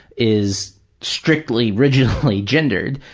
is strictly, rigidly gendered,